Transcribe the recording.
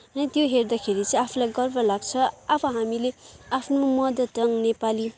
र त्यो हेर्दाखेरि चाहिँ आफूलाई गर्व लाग्छ अब हामीले आफ्नो मदर टङ्ग नेपाली